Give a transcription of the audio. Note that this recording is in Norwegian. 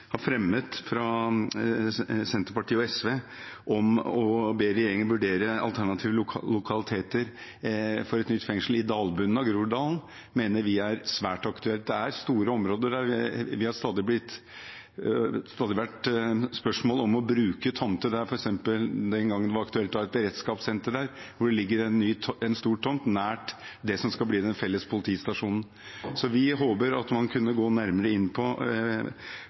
Senterpartiet og SV har fremmet, om å be regjeringen vurdere alternative lokaliteter for et nytt fengsel i dalbunnen av Groruddalen, mener vi er svært aktuelt. Det er store områder der, og det har stadig vært spørsmål om å bruke tomter der, f.eks. den gangen det var aktuelt å ha et beredskapssenter, hvor det ligger en stor tomt nær det som skal bli den felles politistasjonen. Så vi håper man kan gå nærmere inn på